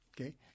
Okay